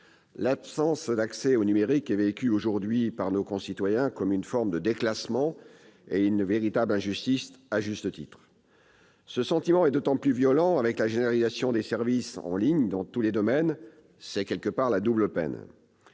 L'absence d'accès au numérique est aujourd'hui ressentie, par nos concitoyens, comme une forme de déclassement et une véritable injustice, à juste titre. Ce sentiment devient de plus en plus violent avec la généralisation des services en ligne, dans tous les domaines. C'est la double peine